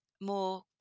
more